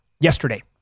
Yesterday